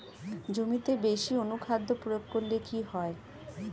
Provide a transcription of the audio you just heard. জমিতে বেশি অনুখাদ্য প্রয়োগ করলে কি হয়?